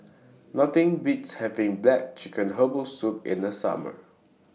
Nothing Beats having Black Chicken Herbal Soup in The Summer